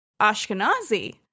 Ashkenazi